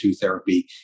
therapy